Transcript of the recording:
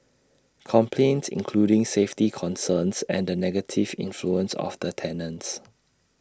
complaints including safety concerns and the negative influence of the tenants